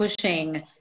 pushing